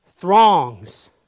throngs